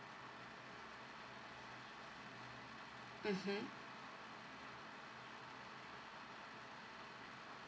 mmhmm